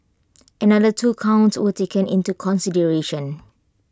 another two counts were taken into consideration